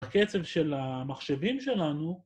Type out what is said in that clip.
הקצב של המחשבים שלנו